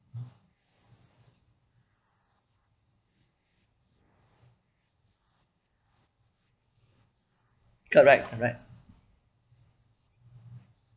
correct correct